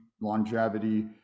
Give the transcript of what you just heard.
longevity